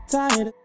Tired